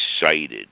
excited